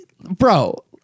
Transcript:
bro